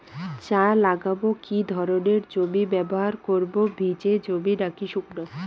চা লাগাবো কি ধরনের জমি ব্যবহার করব ভিজে জমি নাকি শুকনো?